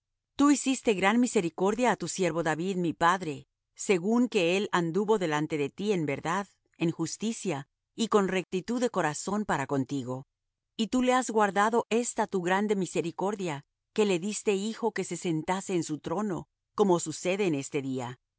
tú hiciste gran misericordia á tu siervo david mi padre según que él anduvo delante de ti en verdad en justicia y con rectitud de corazón para contigo y tú le has guardado esta tu grande misericordia que le diste hijo que se sentase en su trono como sucede en este día